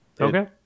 Okay